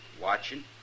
Watching